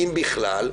אם בכלל,